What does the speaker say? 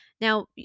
Now